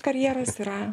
karjeros yra